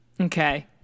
Okay